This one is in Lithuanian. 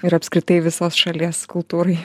ir apskritai visos šalies kultūrai